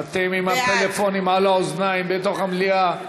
אתם עם הפלאפונים על האוזניים בתוך המליאה.